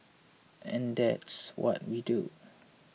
and that's what we do